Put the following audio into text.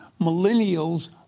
millennials